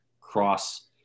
cross